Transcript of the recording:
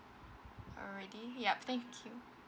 alrighty yup thank you